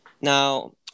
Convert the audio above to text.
Now